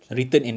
okay